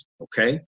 Okay